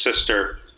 sister